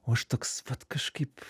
o aš toks vat kažkaip